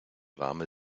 warme